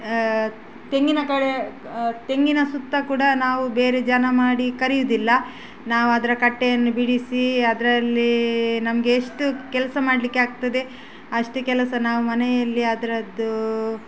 ತೆಂಗಿನ ಕಡೆ ತೆಂಗಿನ ಸುತ್ತ ಕೂಡ ನಾವು ಬೇರೆ ಜನ ಮಾಡಿ ಕರೆಯೋದಿಲ್ಲ ನಾವು ಅದರ ಕಟ್ಟೆಯನ್ನು ಬಿಡಿಸಿ ಅದರಲ್ಲಿ ನಮಗೆ ಎಷ್ಟು ಕೆಲಸ ಮಾಡಲಿಕ್ಕೆ ಆಗ್ತದೆ ಅಷ್ಟು ಕೆಲಸ ನಾವು ಮನೆಯಲ್ಲಿ ಅದರದ್ದೂ